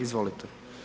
Izvolite.